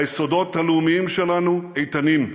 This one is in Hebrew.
היסודות הלאומיים שלנו איתנים.